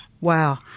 Wow